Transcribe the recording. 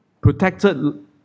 protected